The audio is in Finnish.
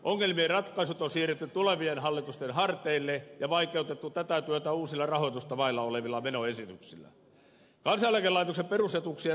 ongelmien ratkaisut on siirretty tule vien hallitusten harteille ja vaikeutettu tätä työtä uusilla rahoitusta vailla olevilla menoesityksillä